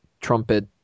trumpet